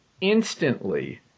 instantly